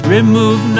Remove